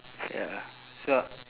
ya so